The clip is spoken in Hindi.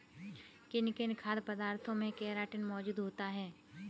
किन किन खाद्य पदार्थों में केराटिन मोजूद होता है?